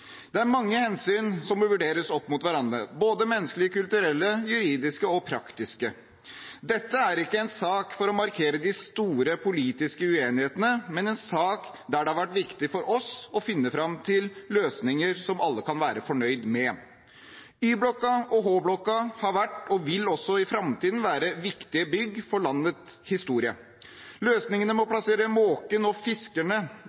Det er mange hensyn som må vurderes opp mot hverandre, både menneskelige, kulturelle, juridiske og praktiske. Dette er ikke en sak for å markere de store politiske uenighetene, men en sak der det har vært viktig for oss å finne fram til løsninger som alle kan være fornøyd med. Y-blokken og H-blokken har vært, og vil også i framtiden være, viktige bygg for landets historie. Løsningen med å